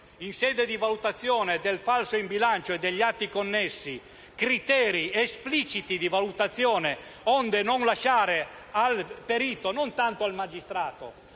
in sede di valutazione del falso in bilancio e degli atti connessi, criteri espliciti di valutazione, onde non lasciare non tanto al magistrato